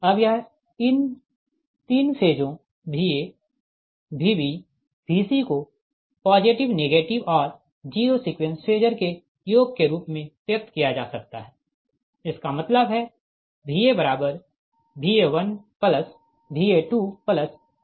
अब यह इन तीन फेजों Va Vb Vc को पॉजिटिव नेगेटिव और जीरो सीक्वेंस फेजर के योग के रूप में व्यक्त किया जा सकता है इसका मतलब है VaVa1Va2Va0